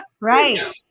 right